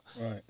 Right